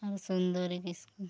ᱟᱨ ᱥᱩᱱᱫᱚᱨᱤ ᱠᱤᱥᱠᱩ